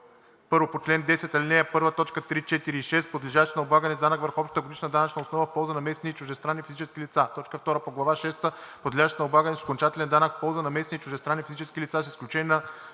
10, ал. 1, т. 3, 4 и 6, подлежащи на облагане с данък върху общата годишна данъчна основа, в полза на местни и чуждестранни физически лица; 2. по глава шеста, подлежащи на облагане с окончателен данък, в полза на местни и чуждестранни физически лица, с изключение на